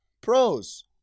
Pros